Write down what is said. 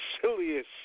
silliest